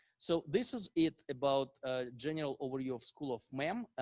so this is it about a general overview of school of mem.